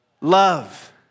Love